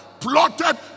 plotted